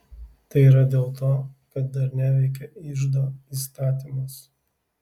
tai yra dėl to kad dar neveikia iždo įstatymas